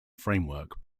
framework